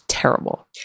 Terrible